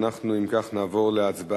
ואנחנו, אם כך, נעבור להצבעה.